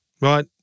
right